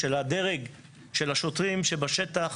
הדרג של השוטרים בשטח